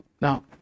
Now